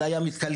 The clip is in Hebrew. אז הים יתקלקל,